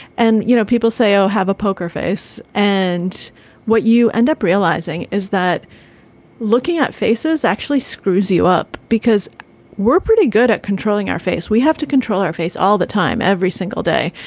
and, you know, people say, oh, have a poker face. and what you end up realizing is that looking at faces actually screws you up because we're pretty good at controlling our face. we have to control our face all the time, every single day.